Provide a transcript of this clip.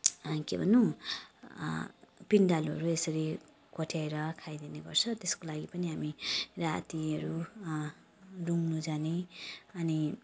के भनु पिँडालुहरू यसरी कोट्याएर खाइदिने गर्छ त्यसको लागि पनि हामी रातिहरू रुँग्नु जाने अनि